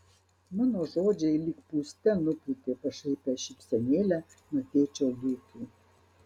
mano žodžiai lyg pūste nupūtė pašaipią šypsenėlę nuo tėčio lūpų